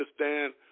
understand